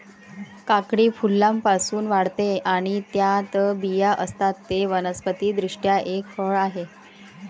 काकडी फुलांपासून वाढते आणि त्यात बिया असतात, ते वनस्पति दृष्ट्या एक फळ आहे